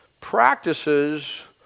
practices